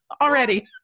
already